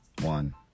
One